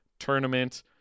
Tournament